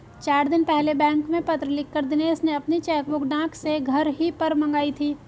चार दिन पहले बैंक में पत्र लिखकर दिनेश ने अपनी चेकबुक डाक से घर ही पर मंगाई थी